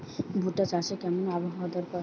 ভুট্টা চাষে কেমন আবহাওয়া দরকার?